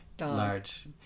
large